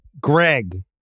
Greg